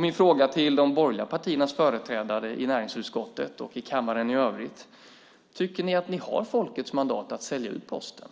Min fråga till de borgerliga partiernas företrädare i näringsutskottet och i kammaren i övrigt är: Tycker ni att ni har folkets mandat att sälja ut Posten?